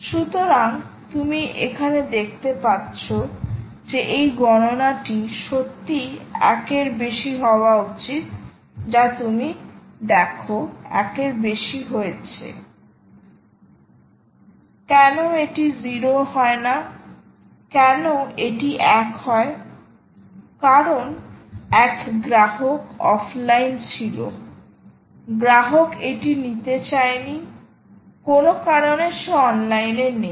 সুতরাং তুমি এখানে দেখতে পাচ্ছ যে এই গণনাটি সত্যিই একের বেশি হওয়া উচিত যা তুমি দেখো একের বেশি হয়েছেকেন এটি 0 হয় না কেন এটি এক হয় কারণ এক গ্রাহক অফলাইন ছিল গ্রাহক এটি নিতে চায় নি কোনও কারণে সে অনলাইনে নেই